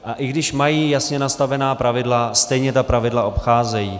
A i když mají jasně nastavená pravidla, stejně ta pravidla obcházejí.